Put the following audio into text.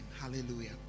hallelujah